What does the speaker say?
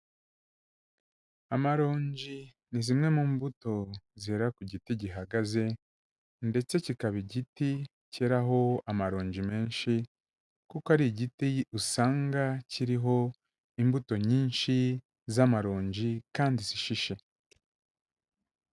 Amaronji ni zimwe mu mbuto zera ku giti gihagaze, ndetse kikaba igiti cyeraho amaronji menshi, kuko ari igiti usanga kiriho imbuto nyinshi z'amaronji kandi zishishe.